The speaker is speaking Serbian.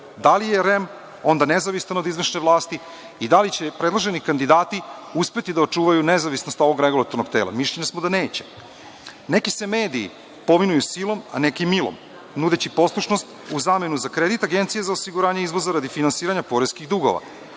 Da li je REM onda nezavistan od izvršne vlasti i da li će predloženi kandidati uspeti da očuvaju nezavisnost ovog regulatornog tela? Mišljenja smo da neće. Neki se mediji povinuju silom, a neki milom, nudeći poslušnost u zamenu za kredit Agencije za osiguranje izvoza, radi finansiranja poreskih dugova.